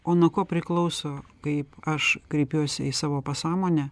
o nuo ko priklauso kaip aš kreipiuosi į savo pasąmonę